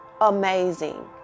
amazing